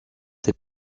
des